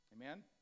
Amen